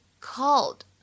called